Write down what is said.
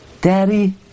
Daddy